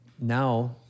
Now